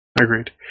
Agreed